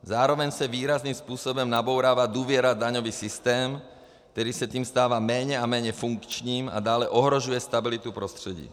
Zároveň se výrazným způsobem nabourává důvěra v daňový systém, který se tím stává méně a méně funkčním a dále ohrožuje stabilitu prostředí.